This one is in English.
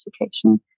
education